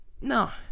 no